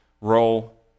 role